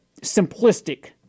simplistic